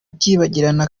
byibagirana